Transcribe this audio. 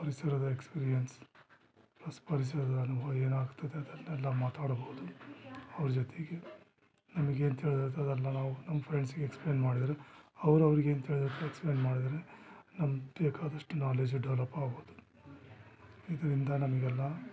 ಪರಿಸರದ ಎಕ್ಸ್ಪಿರಿಯನ್ಸ್ ಹೊಸ ಪರಿಸರದ ಅನುಭವ ಏನಾಗ್ತದೆ ಅದನ್ನೆಲ್ಲ ಮಾತಾಡಬಹುದು ಅವ್ರ ಜೊತೆಗೆ ನಮ್ಗೆನು ತಿಳಿದೈತೆ ಅದೆಲ್ಲ ನಾವು ನಮ್ಮ ಫ್ರೆಂಡ್ಸಿಗೆ ಎಕ್ಸ್ಪ್ಲೈನ್ ಮಾಡಿದ್ರೆ ಅವ್ರು ಅವರಿಗೆ ಏನು ತಿಳಿದೈತೆ ಎಕ್ಸ್ಪ್ಲೈನ್ ಮಾಡಿದ್ರ್ ನಮ್ಮ ಬೇಕಾದಷ್ಟು ನಾಲೆಜ್ ಡೆವಲಪ್ ಆಗ್ಬೌದು ಇದರಿಂದ ನಮಗೆಲ್ಲ